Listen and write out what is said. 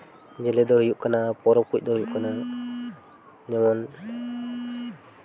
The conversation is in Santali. ᱡᱮᱞᱮ ᱫᱚ ᱦᱩᱭᱩᱜ ᱠᱟᱱᱟ ᱯᱚᱨᱚᱵᱽ ᱠᱚᱡ ᱫᱚ ᱦᱩᱭᱩᱜ ᱠᱟᱱᱟ ᱡᱮᱢᱚᱱ